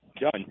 done